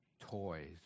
toys